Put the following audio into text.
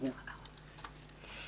היא תמיד מקשיבה.